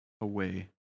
away